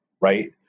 Right